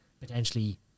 potentially